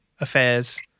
affairs